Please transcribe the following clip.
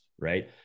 Right